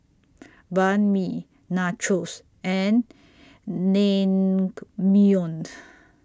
Banh MI Nachos and Naengmyeon